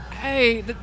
hey